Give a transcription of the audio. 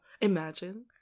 Imagine